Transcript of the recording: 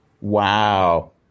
Wow